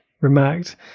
remarked